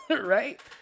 right